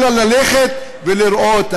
אלא ללכת ולראות.